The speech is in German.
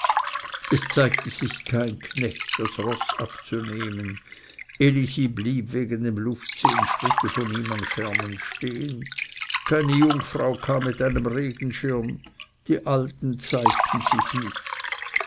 es zeigte sich kein knecht das roß abzunehmen elisi blieb wegen dem luft zehn schritte von ihm am schermen stehen keine jungfrau kam mit einem regenschirm die alten zeigten sich nicht